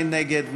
מי נגד?